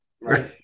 Right